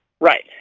right